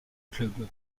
club